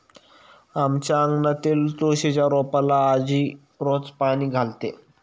आमच्या अंगणातील तुळशीच्या रोपाला आजी रोज पाणी घालते